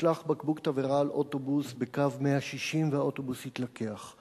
הושלך בקבוק תבערה על אוטובוס בקו 160 והאוטובוס התלקח.